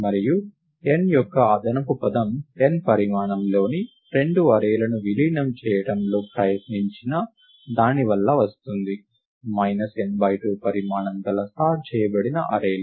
మరియు n యొక్క అదనపు పదం n పరిమాణంలోని రెండు అర్రేలను విలీనం చేయడంలో ప్రయత్నించినా'దాని వల్ల వస్తుంది n బై 2 పరిమాణం గల సార్ట్ చేయబడిన అర్రేలు